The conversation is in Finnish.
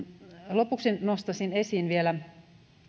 lopuksi nostaisin esiin vielä